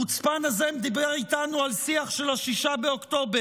החוצפן הזה דיבר איתנו על השיח של 6 באוקטובר.